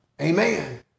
Amen